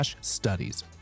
studies